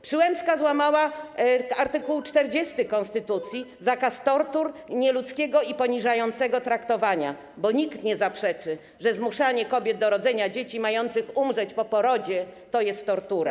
Przyłębska złamała art. 40 konstytucji, czyli zakaz tortur, nieludzkiego i poniżającego traktowania, bo nikt nie zaprzeczy, że zmuszanie kobiet do rodzenia dzieci mających umrzeć po porodzie to jest tortura.